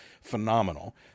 phenomenal